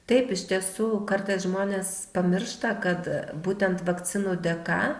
taip iš tiesų kartais žmonės pamiršta kad būtent vakcinų dėka